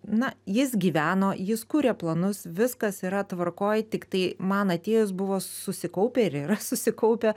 na jis gyveno jis kuria planus viskas yra tvarkoj tik tai man atėjus buvo susikaupę ir yra susikaupę